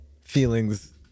feelings